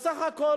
בסך הכול,